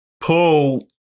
Paul